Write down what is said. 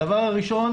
הדבר הראשון